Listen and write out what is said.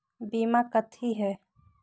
बीमा कथी है?